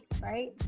right